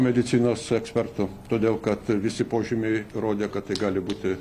medicinos ekspertų todėl kad visi požymiai rodė kad tai gali būti